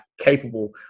capable